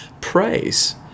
praise